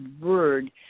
word